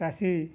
ଚାଷୀ